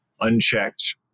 unchecked